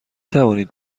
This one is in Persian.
توانید